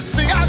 See